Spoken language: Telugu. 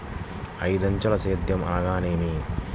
ఐదంచెల సేద్యం అనగా నేమి?